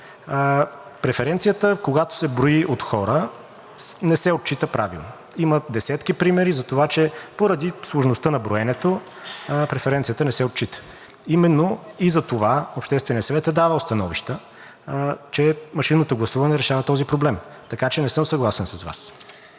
преференцията, когато се брои от хора, не се отчита правилно. Има десетки примери за това, че поради сложността на броенето, преференцията не се отчита. Именно за това Общественият съвет е давал становища, че машинното гласуване решава този проблем, така че не съм съгласен с Вас.